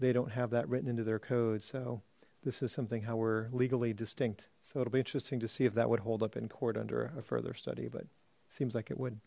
they don't have that written into their code so this is something how we're legally distinct so it'll be interesting to see if that would hold up in court under a further study but seems like it would